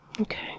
Okay